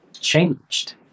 changed